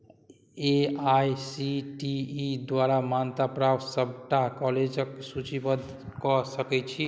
A I C T E द्वारा मान्यता प्राप्त सभटा कॉलेजक सूचीबद्ध कऽ सकैत छी